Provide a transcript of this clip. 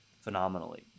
phenomenally